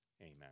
amen